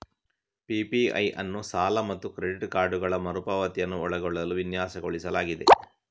PPI ಅನ್ನು ಸಾಲ ಮತ್ತು ಕ್ರೆಡಿಟ್ ಕಾರ್ಡುಗಳ ಮರು ಪಾವತಿಯನ್ನು ಒಳಗೊಳ್ಳಲು ವಿನ್ಯಾಸಗೊಳಿಸಲಾಗಿದೆ